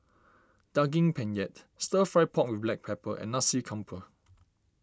Daging Penyet Stir Fry Pork with Black Pepper and Nasi Campur